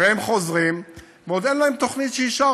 והם חוזרים, ועוד אין להם תוכנית שאישרתי.